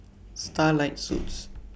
Starlight Suites